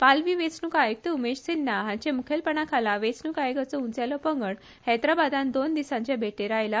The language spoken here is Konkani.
पालवी वेचणुक आयुक्त उमेश सिन्हा हांचे मुखेलपणाखाला वेचणुक आयोगाचो उंचेलो पंगड हैदराबादान दोन दिसांचे भेटीर आयला